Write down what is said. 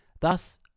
thus